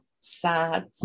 Sad